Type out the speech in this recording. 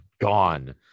Gone